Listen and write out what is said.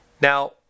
Now